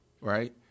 Right